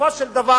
בסופו של דבר,